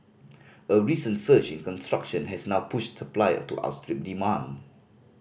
a recent surge in construction has now pushed supplier to outstrip demand